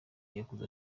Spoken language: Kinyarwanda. yakuze